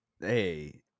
Hey